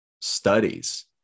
studies